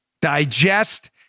Digest